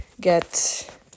get